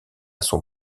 son